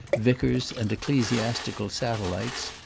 vicars, and ecclesiastical satellites,